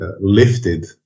lifted